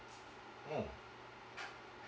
mm